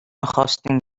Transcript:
خواستیم